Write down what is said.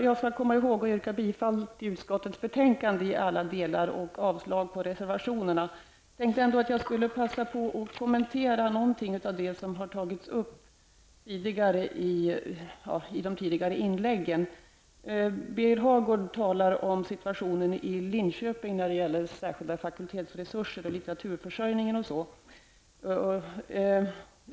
Jag skall inte glömma att yrka bifall till utskottets hemställan och avslag på reservationerna, men jag tänkte ändå att jag skulle passa på att kommentera något av det som har tagits upp i de tidigare inläggen. Birger Hagård talar om situationen i Linköping när det gäller särskilda fakultetsresurser till litteraturförsörjningen och sådant.